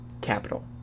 capital